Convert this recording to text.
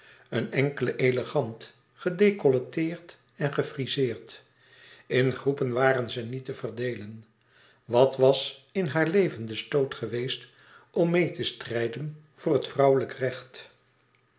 eene enkele elegant gedecolleteerd en gefrizeerd in groepen waren ze niet te verdeelen wat was in haar leven de stoot geweest om meê te strijden voor het vrouwelijk recht